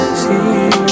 see